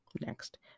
next